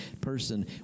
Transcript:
person